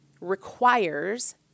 requires